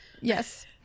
Yes